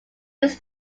this